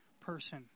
person